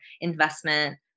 investment